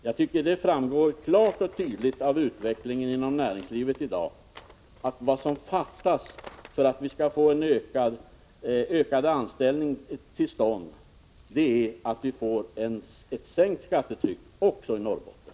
Jag tycker att det framgår klart och tydligt av utvecklingen inom näringslivet i dag att vad som fattas för att man skall kunna anställa fler människor är en sänkning av skattetrycket också i Norrbotten.